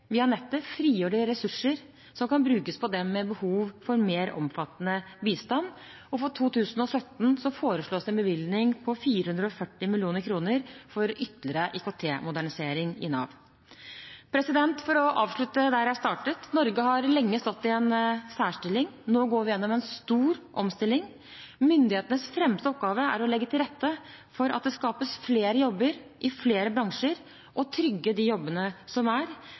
via nettet, frigjør det ressurser som kan brukes på dem med behov for mer omfattende bistand. For 2017 foreslås det en bevilgning på 440 mill. kr for ytterligere IKT-modernisering i Nav. For å avslutte der jeg startet: Norge har lenge stått i en særstilling. Nå går vi gjennom en stor omstilling. Myndighetenes fremste oppgave er å legge til rette for at det skapes flere jobber i flere bransjer, og å trygge de jobbene som er.